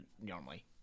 normally